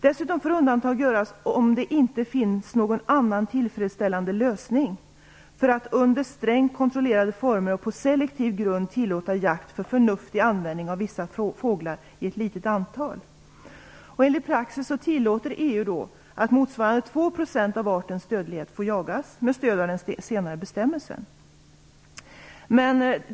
Dessutom får undantag göras, om det inte finns någon annan tillfredsställande lösning, för att under strängt kontrollerade former och på selektiv grund tillåta jakt för förnuftig användning av vissa fåglar i ett litet antal. Enligt praxis tillåter EU att motsvarande 2 % av arten får jagas med stöd av den senare bestämmelsen.